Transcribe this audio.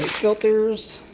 filters.